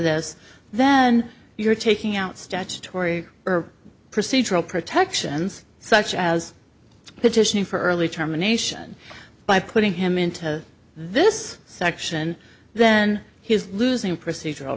this then you're taking out statutory or procedural protections such as petitioning for early termination by putting him into this section then he is losing procedur